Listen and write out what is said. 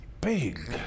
big